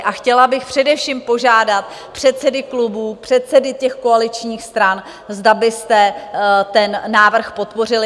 A chtěla bych především požádat předsedy klubů, předsedy koaličních stran, zda byste ten návrh podpořili.